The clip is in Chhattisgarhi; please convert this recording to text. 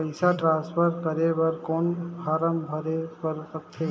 पईसा ट्रांसफर करे बर कौन फारम भरे बर लगथे?